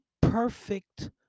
perfect